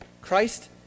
Christ